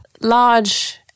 large